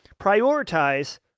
prioritize